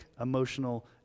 emotional